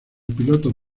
piloto